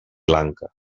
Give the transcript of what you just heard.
lanka